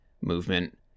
movement